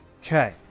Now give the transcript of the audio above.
Okay